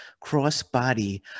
cross-body